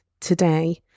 today